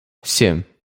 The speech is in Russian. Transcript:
семь